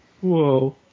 Whoa